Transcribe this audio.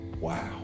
wow